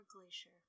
glacier